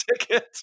ticket